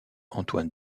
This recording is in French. antoine